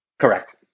Correct